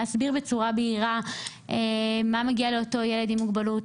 להסביר בצורה בהירה מה מגיע לאותו ילד עם מוגבלות,